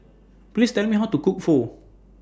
Please Tell Me How to Cook Pho